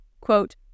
quote